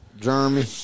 Jeremy